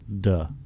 Duh